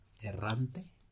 errante